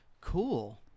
Cool